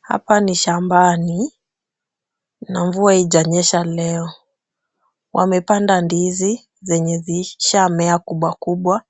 Hapa ni shambani na mvua haijanyesha leo. Wamepanda ndizi zenye zishamea kubwakubwa